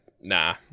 nah